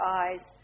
eyes